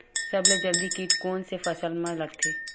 सबले जल्दी कीट कोन से फसल मा लगथे?